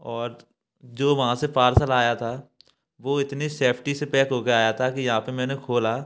और जो वहाँ से पार्सल आया था वो इतनी सेफ्टी से पैक हो कर आया था कि यहाँ पर मैंने खोला